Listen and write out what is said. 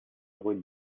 vuit